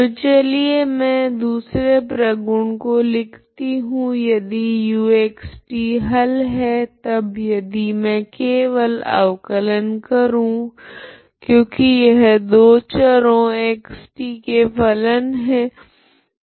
तो चलिए मैं दूसरे प्रगुण को लिखती हूँ यदि uxt हल है तब यदि मे केवल अवकलन करूँ क्योकि यह दो चरों xt के फलन है